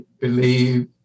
believe